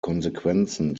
konsequenzen